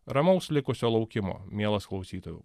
ramaus likusio laukimo mielas klausytojau